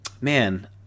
Man